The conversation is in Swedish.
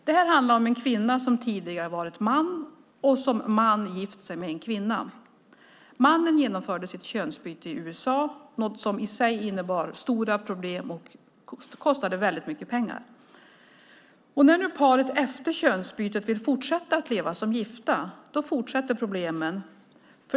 Det handlar om en kvinna som tidigare har varit man, och som man har gift sig med en kvinna. Mannen genomförde sitt könsbyte i USA - något som i sig innebar stora problem och kostade mycket pengar. När nu paret efter könsbytet vill fortsätta att leva som gifta fortsätter problemen.